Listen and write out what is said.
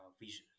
vision